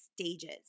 stages